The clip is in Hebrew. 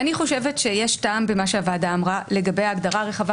אני חושבת שיש טעם במה שהוועדה אמרה לגבי הגדרה רחבה